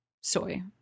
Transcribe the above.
soy